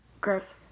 Gross